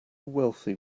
wealthy